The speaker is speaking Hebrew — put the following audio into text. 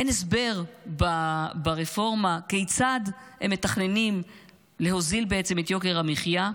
אין הסבר ברפורמה כיצד בעצם הם מתכננים להוזיל את יוקר המחיה,